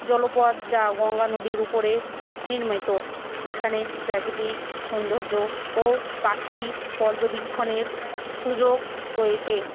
জলপথ যা গঙ্গা নদীর উপরে নির্মিত এখানে প্রাকৃতিক সৌন্দর্য ও পাখি পর্যবেক্ষণের সুযোগ রয়েছে